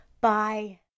bye